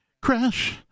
Crash